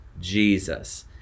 Jesus